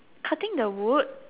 cutting the wood